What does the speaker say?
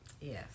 Yes